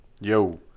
Yo